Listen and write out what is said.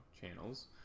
channels